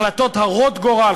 החלטות הרות גורל,